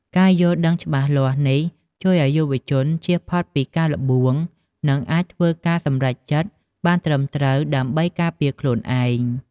ការយល់ដឹងច្បាស់លាស់នេះ ជួយឲ្យយុវជនចៀសផុតពីការល្បួង និងអាចធ្វើការសម្រេចចិត្តបានត្រឹមត្រូវដើម្បីការពារខ្លួនឯង។